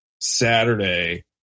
Saturday